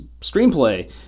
screenplay